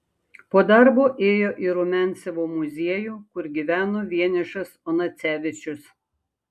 po darbo ėjo į rumiancevo muziejų kur gyveno vienišas onacevičius